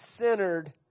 centered